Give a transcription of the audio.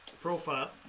profile